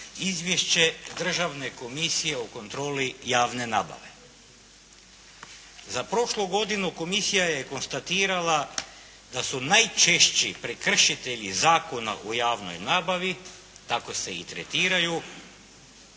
izvješće Državne komisije o kontroli javne nabave. Za prošlu godina komisija je konstatirala da su najčešći prekršitelji zakona u javnoj nabavi, tako se i tretiraju